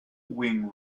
wing